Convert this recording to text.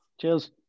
Cheers